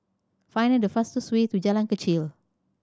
find the fastest way to Jalan Kechil